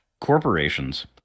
corporations